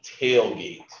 tailgate